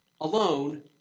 alone